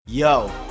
Yo